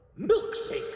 milkshake